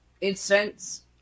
incense